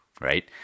right